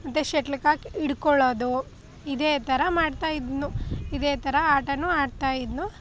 ಮತ್ತೆ ಶಟ್ಲ್ಕಾಕ್ ಹಿಡ್ಕೊಳ್ಳೋದು ಇದೇ ಥರ ಮಾಡ್ತಾಯಿದ್ದನು ಇದೇ ಥರ ಆಟವೂ ಆಡ್ತಾಯಿದ್ದನು